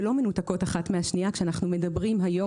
שלא מנותקות אחת מהשנייה כשאנחנו מדברים היום